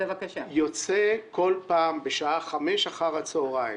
כל פעם, בשעה 17:00 אחרי הצוהריים